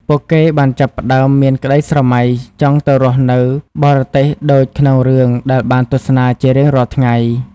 ពួកគេបានចាប់ផ្តើមមានក្តីស្រមៃចង់ទៅរស់នៅបរទេសដូចក្នុងរឿងដែលបានទស្សនាជារៀងរាល់ថ្ងៃ។